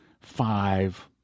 five